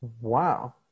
Wow